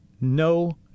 no